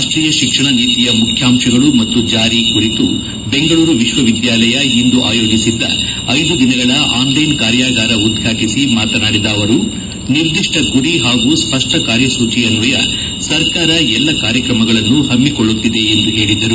ರಾಷ್ಟೀಯ ಶಿಕ್ಷಣ ನೀತಿಯ ಮುಖ್ಯಾಂಶಗಳು ಮತ್ತು ಜಾರಿ ಕುರಿತು ಬೆಂಗಳೂರು ವಿಶ್ವವಿದ್ಯಾಲಯ ಇಂದು ಆಯೋಜಿಸಿದ್ದ ಐದು ದಿನಗಳ ಆನ್ಲೈನ್ ಕಾರ್ಯಾಗಾರ ಉದ್ಘಾಟಿಸಿ ಮಾತನಾಡಿದ ಅವರು ನಿರ್ದಿಷ್ವ ಗುರಿ ಹಾಗೂ ಸ್ಪಷ್ವ ಕಾರ್ಯಸೂಚಿ ಅನ್ವಯ ಸರ್ಕಾರ ಎಲ್ಲ ಕಾರ್ಯಕ್ರಮಗಳನ್ನು ಹಮ್ಮಿಕೊಳ್ಳುತ್ತಿದೆ ಎಂದು ಹೇಳಿದರು